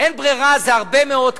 אין ברירה, זה הרבה מאוד כסף.